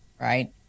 right